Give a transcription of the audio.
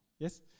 Yes